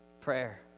Prayer